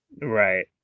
Right